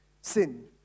sin